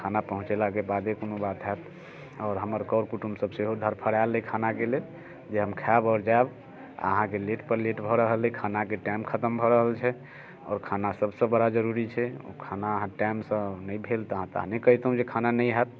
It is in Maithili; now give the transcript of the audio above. खाना पहुँचेलाके बादे कुनू बात होयत आओर हमर कर कुटुम्ब सभ सेहो धरफरायल अइ खानाके लेल जे हम खायब आओर जायब अहाँकेँ लेट पर लेट भऽ रहल अइ खानाके टाइम खतम भऽ रहल छै आओर खाना सभसे बड़ा जरूरी छै ओ खाना अहाँ टाइमसँ नहि भेल तऽ अहाँ तहने कहितहुँ जे खाना नहि होयत